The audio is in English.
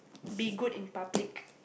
be good in public